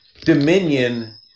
Dominion